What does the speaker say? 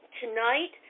tonight